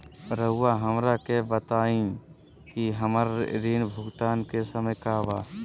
रहुआ हमरा के बताइं कि हमरा ऋण भुगतान के समय का बा?